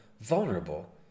vulnerable